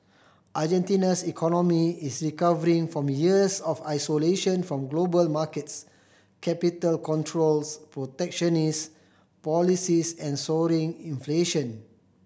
Argentina's economy is recovering from years of isolation from global markets capital controls protectionist policies and soaring inflation